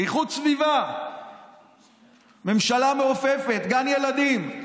איכות סביבה, ממשלה מעופפת, גן ילדים.